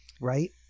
right